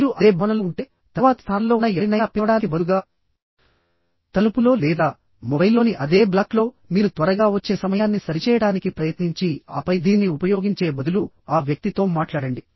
మీరు అదే భవనంలో ఉంటే తరువాతి స్థానంలో ఉన్న ఎవరినైనా పిలవడానికి బదులుగా తలుపులో లేదా మొబైల్లోని అదే బ్లాక్లో మీరు త్వరగా వచ్చే సమయాన్ని సరిచేయడానికి ప్రయత్నించి ఆపై దీన్ని ఉపయోగించే బదులు ఆ వ్యక్తితో మాట్లాడండి